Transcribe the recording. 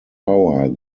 power